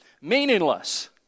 Meaningless